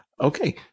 Okay